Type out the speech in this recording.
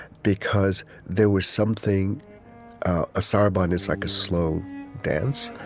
because there was something a sarabande is like a slow dance,